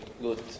good